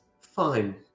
Fine